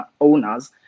owners